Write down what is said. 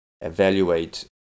evaluate